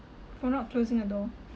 for not closing a door